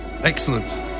Excellent